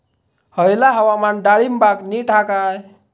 हयला हवामान डाळींबाक नीट हा काय?